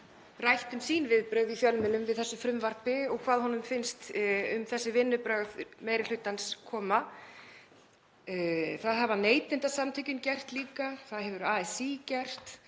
rætt um sín viðbrögð í fjölmiðlum við þessu frumvarpi og hvað honum finnst um þessi vinnubrögð meiri hlutans. Það hafa Neytendasamtökin gert líka, það hefur ASÍ gert,